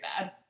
bad